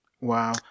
Wow